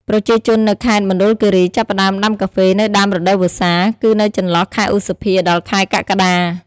ប្រជាជននៅខេត្តមណ្ឌលគិរីចាប់ផ្តើមដាំកាហ្វេនៅដើមរដូវវស្សា គឺនៅចន្លោះខែឧសភា ដល់ខែកក្កដា។